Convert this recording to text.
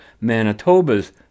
Manitoba's